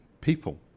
people